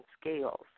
scales